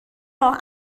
راه